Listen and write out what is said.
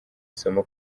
isomo